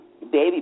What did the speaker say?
baby